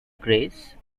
grace